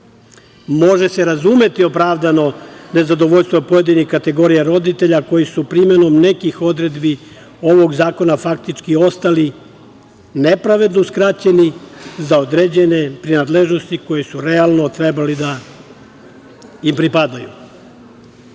se razumeti opravdano nezadovoljstvo pojedinih kategorija roditelja koji su primenom nekih odredbi ovog zakona faktički ostali nepravedno uskraćeni za određene prinadležnosti koje su realno trebale da im pripadaju.